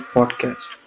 Podcast